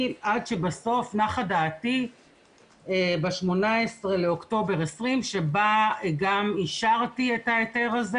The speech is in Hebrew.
עד שבסוף נחה דעתי ב-18 לאוקטובר 2020 שבה גם אישרתי את ההיתר הזה